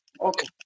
Okay